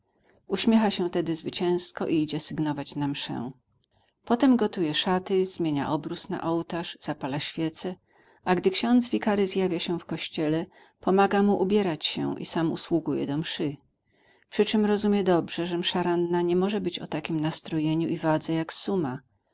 uśmiecha się tedy zwycięsko i idzie sygnować na mszę potem gotuje szaty zmienia obrus na ołtarz zapala świece a gdy ksiądz wikary zjawia się w kościele pomaga mu ubierać się i sam usługuje do mszy przyczem rozumie dobrze że msza ranna nie może być o takiem nastrojeniu i wadze jak suma